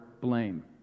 blame